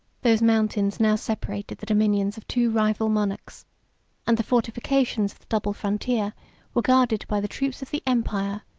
those mountains now separated the dominions of two rival monarchs and the fortifications double frontier were guarded by the troops of the empire,